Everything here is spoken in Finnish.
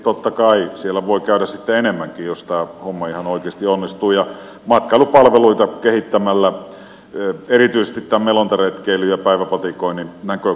totta kai siellä voi käydä sitten enemmänkin jos tämä homma ihan oikeasti onnistuu matkailupalveluita kehittämällä erityisesti tämän melontaretkeilyn ja päiväpatikoinnin näkökulmista